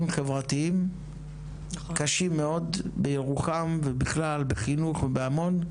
חברתיים קשים מאוד בירוחם ובכלל בחינוך ובהמון,